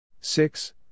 six